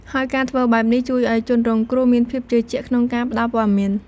ហើយការធ្វើបែបនេះ ជួយឲ្យជនរងគ្រោះមានភាពជឿជាក់ក្នុងការផ្ដល់ព័ត៌មាន។